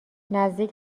نزدیک